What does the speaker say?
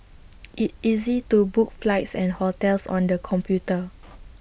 IT is easy to book flights and hotels on the computer